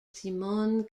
simone